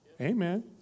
Amen